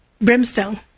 brimstone